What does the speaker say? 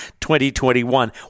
2021